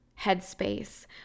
headspace